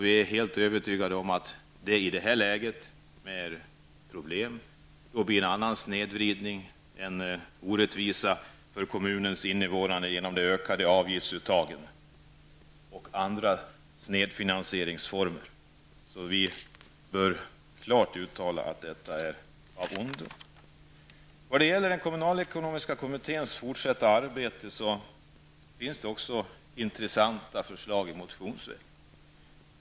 Vi är helt övertygade om att det i det här läget med problem blir en snedvridning och orättvisa för kommunens invånare genom de ökade avgiftsuttagen och andra snedfinansieringsformer. Vi vill klart uttala att detta är av ondo. Vad gäller den kommunalekonomiska kommitténs fortsatta arbete har intressanta förslag förts fram motionsvägen.